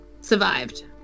survived